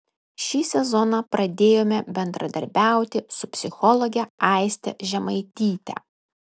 šį sezoną pradėjome bendradarbiauti su psichologe aiste žemaityte